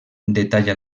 detalla